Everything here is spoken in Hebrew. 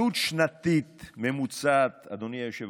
עלות שנתית ממוצעת, אדוני היושב-ראש,